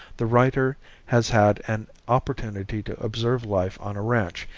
the writer has had an opportunity to observe life on a ranch,